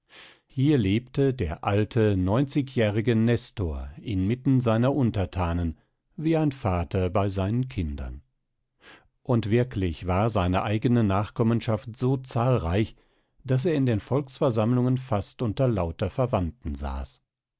hier lebte der alte neunzigjährige nestor inmitten seiner unterthanen wie ein vater bei seinen kindern und wirklich war seine eigene nachkommenschaft so zahlreich daß er in den volksversammlungen fast unter lauter verwandten saß